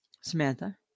Samantha